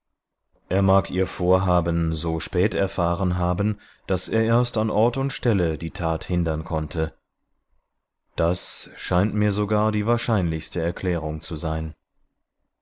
er mag ihr vorhaben so spät erfahren haben daß er erst an ort und stelle die tat hindern konnte das scheint mir sogar die wahrscheinlichste erklärung zu sein